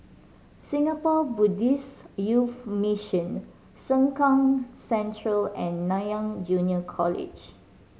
Singapore Buddhist Youth Mission Sengkang Central and Nanyang Junior College